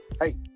Hey